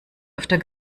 öfter